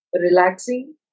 Relaxing